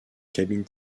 cabine